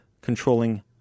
controlling